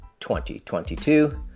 2022